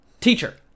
Teacher